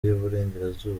y’uburengerazuba